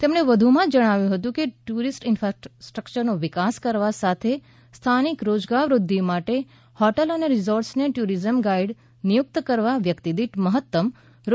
તેમણે વધુ માં જણાવ્યુ હતું કે ટુરિસ્ટ ઇન્ફાસ્ટ્રકચરનો વિકાસ કરવા સાથે સ્થાનિક રોજગાર વૃદ્ધિ માટે હોટેલરિસોર્ટસને ટુરિઝમ ગાઇડ નિયુકત કરવા વ્યક્તિ દિઠ મહત્તમ રૂ